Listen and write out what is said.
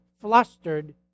flustered